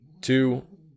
two